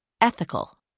ethical